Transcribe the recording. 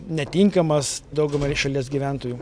netinkamas daugumai šalies gyventojų